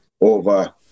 over